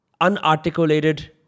unarticulated